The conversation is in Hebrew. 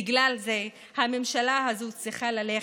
בגלל זה הממשלה הזאת צריכה ללכת,